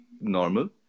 normal